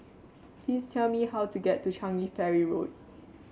please tell me how to get to Changi Ferry Road